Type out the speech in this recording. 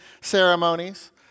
ceremonies